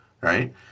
right